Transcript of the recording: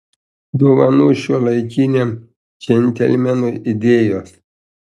dovanų šiuolaikiniam džentelmenui idėjos